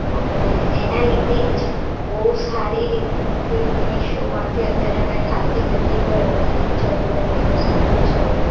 અને એના લીધે જ બહુ સારી રીતે મીશોમાંથી અત્યારે મેં ખાસી બધી ઘરની જરૂરિયાતની વસ્તુઓ છે